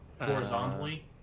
horizontally